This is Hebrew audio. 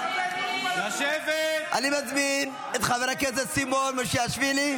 אבל מה זה קשור לאלי פלדשטיין?